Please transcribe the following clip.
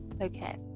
Okay